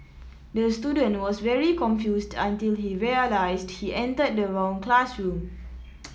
the student was very confused until he realised he entered the wrong classroom